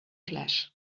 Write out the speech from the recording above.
flash